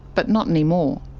but not anymore.